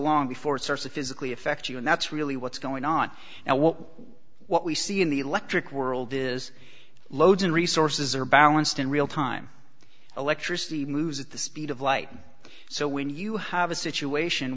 long before sources physically affect you and that's really what's going on now well what we see in the electric world is loads and resources are balanced in real time electricity moves at the speed of light so when you have a situation